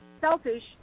selfish